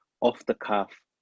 off-the-cuff